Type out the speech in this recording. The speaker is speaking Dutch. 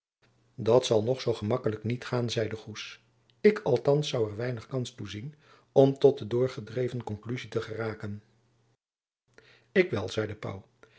dat zal nog zoo gemakkelijk niet gaan zeide goes ik althands zoû er weinig kans toe zien om tot de doorgedreven konkluzie te geraken ik wel zeide pauw